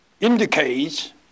indicates